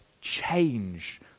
change